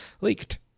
leaked